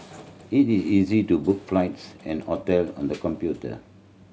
it is easy to book flights and hotel on the computer